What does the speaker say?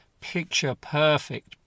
picture-perfect